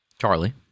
Charlie